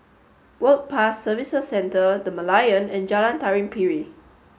Work Pass Services Centre The Merlion and Jalan Tari Piring